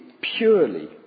purely